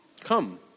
come